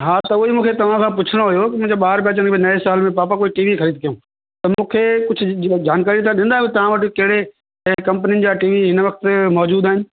हा त उहो ई मूखे तव्हांखां पुछिणो हुओ मुंहिंजा ॿार चइनि पिया नएं साल में पापा कोई टी वी ख़रीद कयूं त मूंखे कुझु जानकारी तव्हां ॾींदव तव्हां वटि कहिड़े कहिड़े कंपनियुनि जा टी वी हिन वक़्ति मौज़ूदु आहिनि